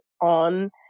on